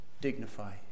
dignify